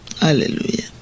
Hallelujah